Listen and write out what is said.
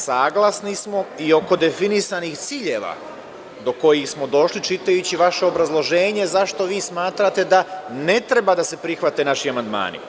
Saglasni smo i oko definisanih ciljeva do kojih smo došli čitajući vaše obrazloženje zašto vi smatrate da ne treba da se prihvate naši amandmani.